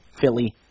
Philly